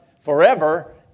forever